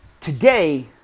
today